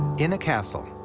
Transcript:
in a castle,